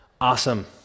awesome